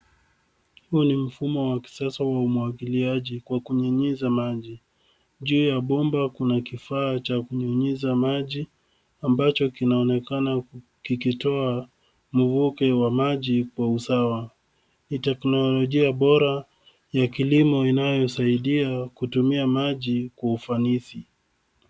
Huu ni mfumo wa kisasa wa umwangiliaji wa kunyunyiza maji. Juu ya bomba kuna kifaa cha kunyunyiza maji ambacho kinaonekana kikitoa mvuke wa maji kwa usawa. Ni teknolojia bora ya kilimo inayosaidia kutumia maji kwa ufanisi.